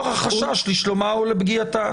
מצער אותי לשמוע את האופן שבו אתה מציג.